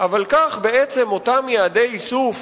אבל כך, בעצם, אותם יעדי איסוף